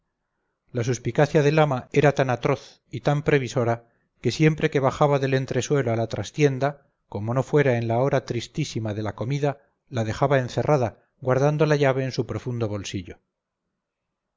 la suspicacia del ama era tan atroz y tan previsora que siempre que bajaba del entresuelo a la trastienda como no fuera en la hora tristísima de la comida la dejaba encerrada guardando la llave en su profundo bolsillo